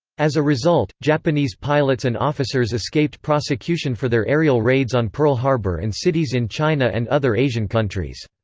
as a result, japanese pilots and officers escaped prosecution for their aerial raids on pearl harbor and cities in china and other asian countries.